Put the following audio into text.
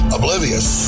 oblivious